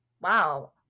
Wow